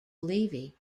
levy